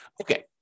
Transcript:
Okay